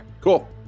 cool